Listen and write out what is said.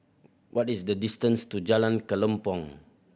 what is the distance to Jalan Kelempong